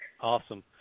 Awesome